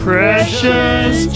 Precious